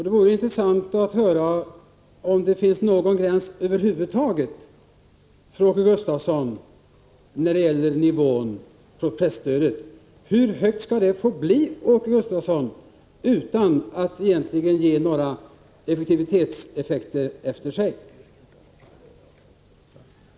Det vore intressant att höra om Åke Gustavsson har någon gräns över huvud taget för nivån på presstödet. Hur högt skall det få bli, Åke Gustavsson, utan att egentligen ge några effektivitetsvinster?